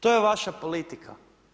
To je vaša politika.